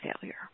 failure